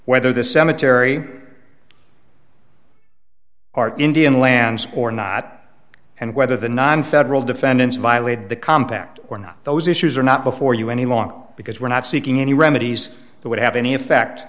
whether the cemetary indian lands or not and whether the nonfederal defendants violate the compact or not those issues are not before you any long because we're not seeking any remedies that would have any effect